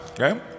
Okay